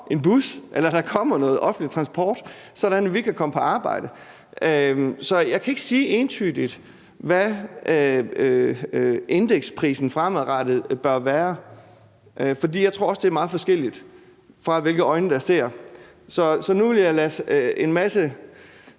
en bus, eller at der kommer noget offentlig transport, så vi kan komme på arbejde. Så jeg kan ikke sige entydigt, hvad prisen fremadrettet bør være, for jeg tror også, det er meget forskelligt, i forhold til hvilke øjne der ser på det. Så nu vil jeg lade en masse